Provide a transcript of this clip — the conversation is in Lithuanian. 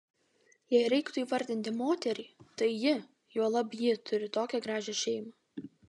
jei reiktų įvardinti moterį tai ji juolab ji turi tokią gražią šeimą